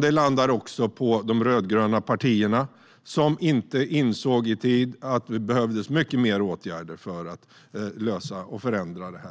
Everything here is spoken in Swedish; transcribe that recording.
Det landar också på de rödgröna partierna, som inte insåg i tid att det behövdes mycket mer åtgärder för att lösa och förändra detta.